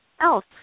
else